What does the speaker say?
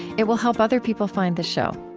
it will help other people find the show.